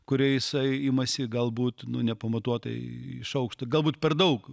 kurioje jisai imasi galbūt nu nepamatuotai iš aukšto galbūt per daug